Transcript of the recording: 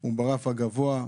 הוא ברף הגבוה,